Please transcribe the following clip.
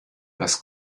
das